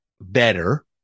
better